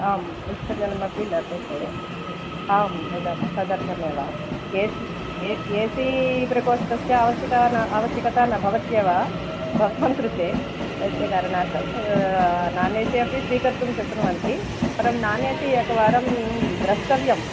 आम् उष्णजलमपि लभ्यते आं तदर्थमेव ए सि ए सि प्रकोष्टस्य आवश्यकता न आवस्यकता न भवत्येव भवतां कृते शैत्यकारणात् ए सि अपि स्वीकर्तुं शक्नुवन्ति परं ए सि एकवारं द्रष्टव्यम्